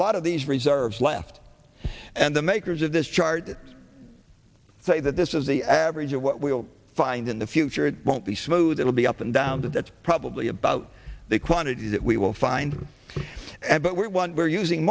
lot of these reserves left and the makers of this chart say that this is the average of what we'll find in the future it won't be smooth it will be up and down that that's probably about the quantity that we will find and but what we're using